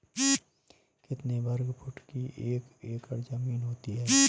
कितने वर्ग फुट की एक एकड़ ज़मीन होती है?